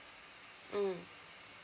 mm